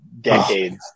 decades